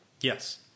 yes